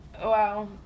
Wow